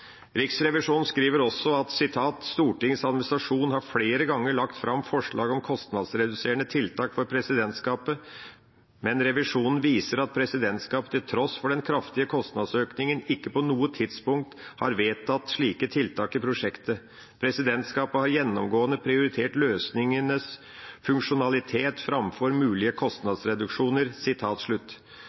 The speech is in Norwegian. Riksrevisjonen skriver også: «Stortingets administrasjon har flere ganger lagt fram forslag om kostnadsreduserende tiltak for presidentskapet, men revisjonen viser at presidentskapet til tross for den kraftige kostnadsøkningen ikke på noe tidspunkt har vedtatt slike tiltak i prosjektet. Presidentskapet har gjennomgående prioritert løsningenes funksjonalitet framfor mulige kostnadsreduksjoner.»